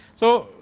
so,